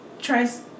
tries